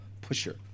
pusher